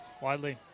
Widely